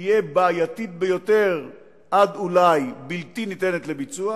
תהיה בעייתית ביותר עד אולי בלתי ניתנת לביצוע,